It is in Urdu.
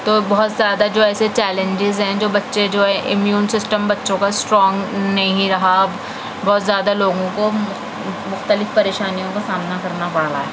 تو بہت زیادہ جو ایسے چیلنجیز ہیں جو بچے جو ہے امیون سسٹم بچوں کا اسٹرانگ نہیں رہا بہت زیادہ لوگوں کو مختلف پریشانیوں کا سامنا کرنا پڑ رہا ہے